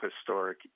historic